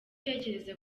utekereza